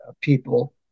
people